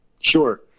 Sure